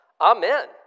Amen